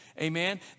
Amen